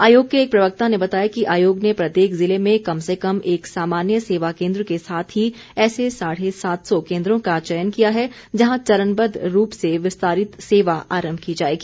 आयोग के एक प्रवक्ता ने बताया कि आयोग ने प्रत्येक जिले में कम से कम एक सामान्य सेवा केन्द्र के साथ ही ऐसे साढ़े सात सौ केन्द्रों का चयन किया है जहां चरणबद्ध रूप से विस्तारित सेवा आरंभ की जाएगी